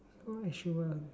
oh sure